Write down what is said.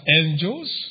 angels